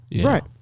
Right